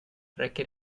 räcker